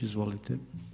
Izvolite.